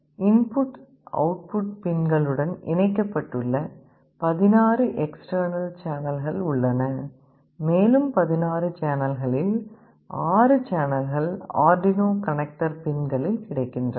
input output InputOutput பின்களுடன் இணைக்கப்பட்டுள்ள 16 external சேனல்கள் உள்ளன மேலும் 16 சேனல்களில் 6 சேனல்கள் ஆர்டுயினோ கனெக்டர் பின்களில் கிடைக்கின்றன